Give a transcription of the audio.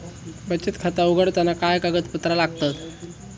बचत खाता उघडताना काय कागदपत्रा लागतत?